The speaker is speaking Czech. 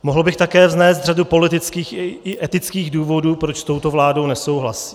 Mohl bych také vznést řadu politických i etických důvodů, proč s touto vládou nesouhlasím.